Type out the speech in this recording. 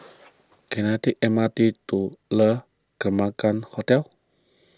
can I take M R T to Le Hotel